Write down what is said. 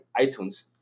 iTunes